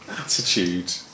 attitude